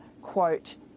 quote